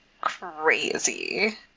crazy